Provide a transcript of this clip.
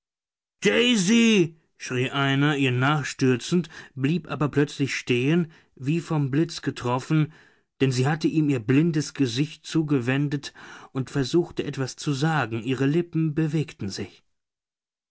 daisy schrie einer ihr nachstürzend blieb aber plötzlich stehen wie vom blitz getroffen denn sie hatte ihm ihr blindes gesicht zugewendet und versuchte etwas zu sagen ihre lippen bewegten sich